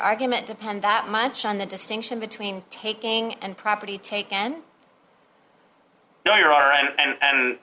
argument depend that much on the distinction between taking and property taken